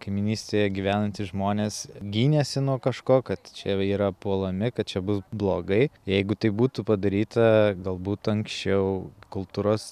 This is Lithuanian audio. kaimynystėje gyvenantys žmonės gynėsi nuo kažko kad čia yra puolami kad čia bus blogai jeigu tai būtų padaryta galbūt anksčiau kultūros